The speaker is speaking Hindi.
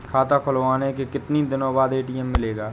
खाता खुलवाने के कितनी दिनो बाद ए.टी.एम मिलेगा?